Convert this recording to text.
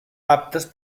aptes